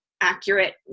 accurate